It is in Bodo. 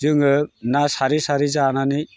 जोङो ना सारै सारै जानानै